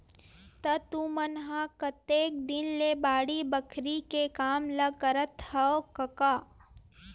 त तुमन ह कतेक दिन ले बाड़ी बखरी के काम ल करत हँव कका?